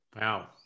Wow